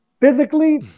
Physically